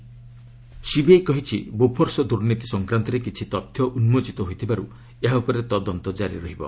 CBI Bofors CBI କହିଛି Bofors ଦୁର୍ନୀତି ସଂକ୍ରାନ୍ତରେ କିଛି ତଥ୍ୟ ଉନ୍ମୋଚିତ ହୋଇଥିବାରୁ ଏହା ଉପରେ ତଦନ୍ତ କାରି ରହିବ